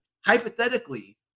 hypothetically